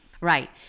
right